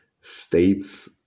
states